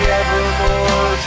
evermore